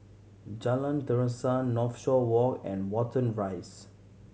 Jalan Terusan Northshore Walk and Watten Rise